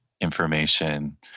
information